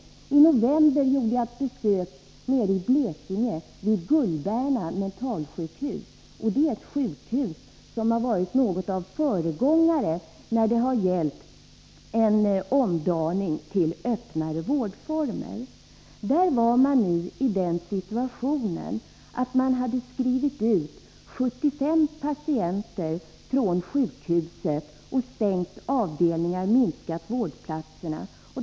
I november gjorde jag ett besök nere i Blekinge, vid Gullberna mentalsjukhus. Det är ett sjukhus som har varit något av föregångare när det gällt omdaning till öppnare vårdformer. Där var man nu i den situationen att man hade skrivit ut 75 patienter från sjukhuset och stängt avdelningar — minskat antalet vårdplatser.